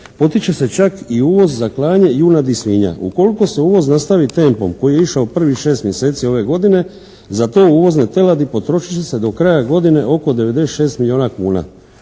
Potiče se čak i uvoz za klanje junadi i svinja. Ukoliko se uvoz nastavi tempom koji je išao prvih 6 mjeseci ove godine za tov uvozne teladi potrošit će se do kraja godine oko 96 milijuna kuna.